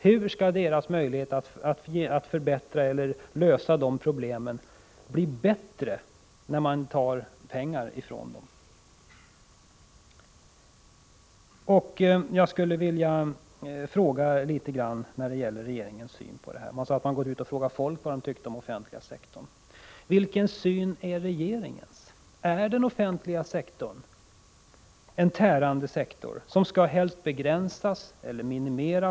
Hur skall deras möjligheter att lösa problemen öka när man tar ifrån dem pengar? Civilministern sade att man hade frågat folk vad de tyckte om den offentliga sektorn. Vilken syn på den offentliga sektorn har regeringen? Är den en tärande sektor som helst skall begränsas eller minimeras?